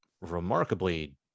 remarkably